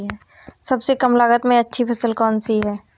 सबसे कम लागत में अच्छी फसल कौन सी है?